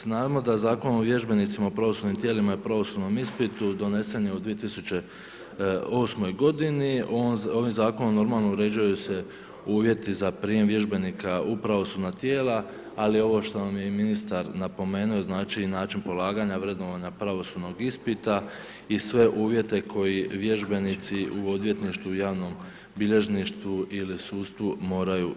Znamo da Zakon o vježbenicima u pravosudnim tijelima i pravosudnim ispitu donesen je u 2008. g., ovim zakonom normalno uređuju se uvjeti za prijem vježbenika u pravosudna tijela ali ovo što nam je ministar napomenuo, znači i način polaganja, vrednovanja pravosudnog ispita i sve uvjete koji vježbenici u odvjetništvu i javnom bilježništvu li sudstvu moraju.